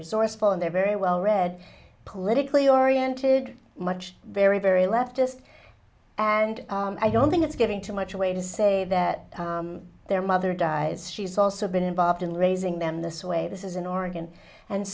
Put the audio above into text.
resourceful and they're very well read politically oriented much very very leftist and i don't think it's giving too much away to say that their mother dies she's also been involved in raising them this way this is in oregon and